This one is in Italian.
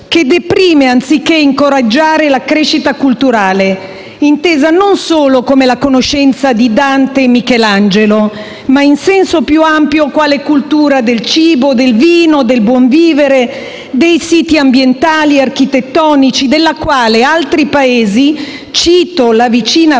che deprime anziché incoraggiare la crescita culturale, intesa non solo come la conoscenza di Dante e Michelangelo, ma in senso più ampio, quale cultura del cibo, del vino, del buon vivere, dei siti ambientali e architettonici, della quale altri Paesi (cito la vicina Francia)